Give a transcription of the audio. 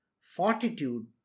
fortitude